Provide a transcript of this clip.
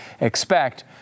expect